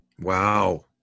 Wow